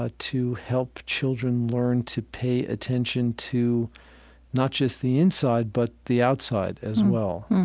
ah to help children learn to pay attention to not just the inside, but the outside as well